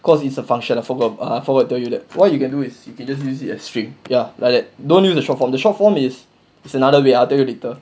because it's a function I forgot I forgot to tell you that what you can do is you can just use it as string ya like that don't use the short form the short form it's it's another way I'll tell you later